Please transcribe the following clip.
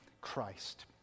Christ